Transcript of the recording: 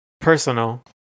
personal